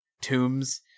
tombs